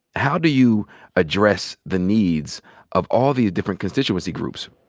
how do you address the needs of all these different constituency groups?